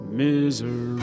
misery